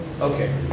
Okay